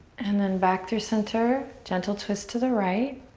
and then back through center. gentle twist to the right.